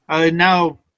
now